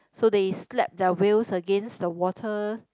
so they slap their whales against the water